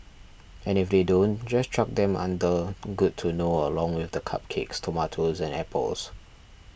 and if they don't just chuck them under good to know along with the cupcakes tomatoes and apples